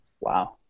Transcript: Wow